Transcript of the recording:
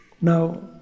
now